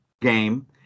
game